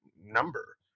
number